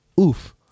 oof